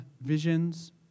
visions